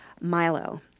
Milo